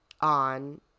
on